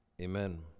amen